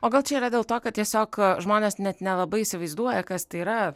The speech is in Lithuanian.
o gal čia yra dėl to kad tiesiog žmonės net nelabai įsivaizduoja kas tai yra